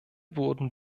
wurden